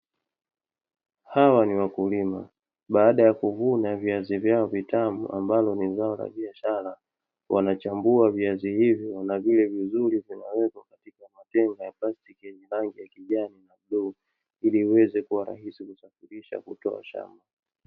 Hawa ni wakulima baada ya kuvuna viazi vyao vitamu, ambavyo ni zao la biashara wanachambua viazi hivyo na vile vizuri, vimewekwa katika matenga yenye rangi ya kijani na bluu ili iweze kuwa rahisi kuvisafirisha kutoka shamba.